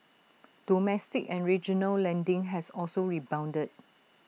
domestic and regional lending has also rebounded